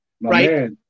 Right